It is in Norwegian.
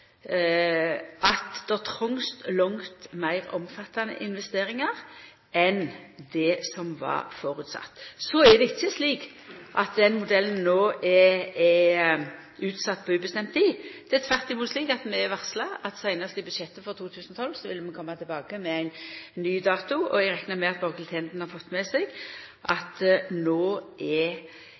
at det trongst langt meir omfattande investeringar enn det som var føresett. Så er det ikkje slik at den modellen no er utsett på ubestemd tid. Det er tvert imot slik at vi har varsla at vi seinast i budsjettet for 2012 vil koma tilbake med ein ny dato. Eg reknar med at Borghild Tenden har fått med seg at no er ny grunnrutemodell tidfesta til desember 2014. Det er